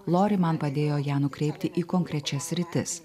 lori man padėjo ją nukreipti į konkrečias sritis